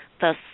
thus